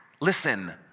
listen